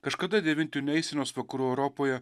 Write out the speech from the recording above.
kažkada devintinių eisenos vakarų europoje